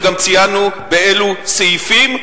וגם ציינו באילו סעיפים,